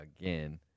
again